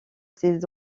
ses